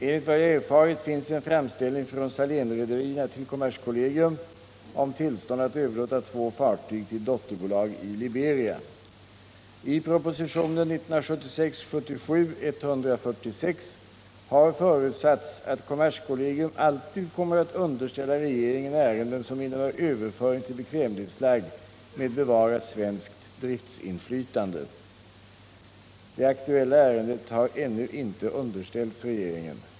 Enligt vad jag har erfarit finns en framställning från Salénrederierna till kommerskollegium om tillstånd att överlåta två fartyg till dotterbolag i Liberia. I propositionen 1976/77:146 har förutsatts att kommerskollegium alltid kommer att underställa regeringen ärenden som innebär överföring till bekvämlighetsflagg med bevarat svenskt driftinflytande. Det aktuella ärendet har ännu inte underställts regeringen.